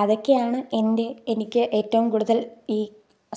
അതൊക്കെയാണ് എൻ്റെ എനിക്ക് ഏറ്റവും കൂടുതൽ ഈ